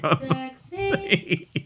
Sexy